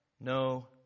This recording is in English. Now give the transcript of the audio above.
no